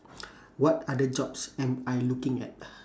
what other jobs am I looking at